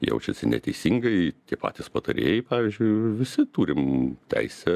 jaučiasi neteisingai tie patys patarėjai pavyzdžiui visi turim teisę